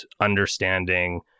understanding